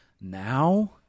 now